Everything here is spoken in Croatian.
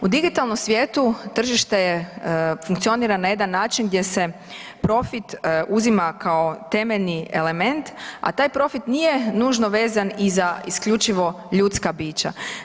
U digitalnom svijetu tržište funkcionira na jedan način gdje se profit uzima kao temeljni element, a taj profit nije nužno vezan i za isključivo ljudska bića.